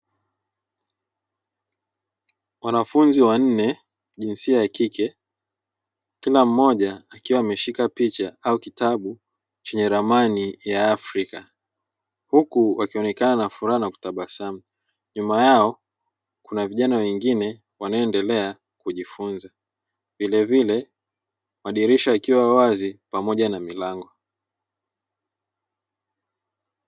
Wanafunzi wanne jinsia ya kike kila mmoja akiwa ameshika picha au kitabu chenye ramani ya Afrika, huku wakionekana na fulana kutabasamu nyuma yao kuna vijana wengine wanaendelea kujifunza vilevile Madirisha ikiwa wazi pamoja na milango.